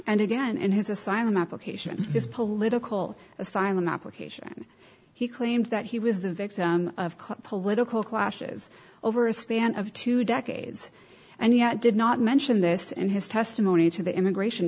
and again in his asylum application his political asylum application he claims that he was the victim of cult political clashes over a span of two decades and yet did not mention this in his testimony to the immigration